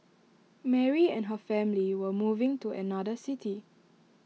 Mary and her family were moving to another city